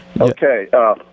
Okay